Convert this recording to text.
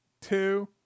two